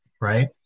Right